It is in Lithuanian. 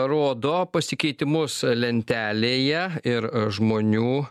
rodo pasikeitimus lentelėje ir žmonių